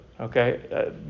okay